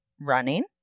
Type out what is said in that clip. running